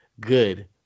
good